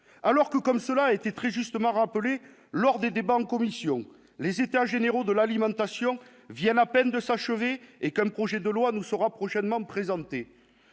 alors que, comme cela a été très justement rappelé lors des débats en commission, les états généraux de l'alimentation viennent à peine de s'achever et qu'un projet de loi nous sera prochainement présenté